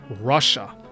Russia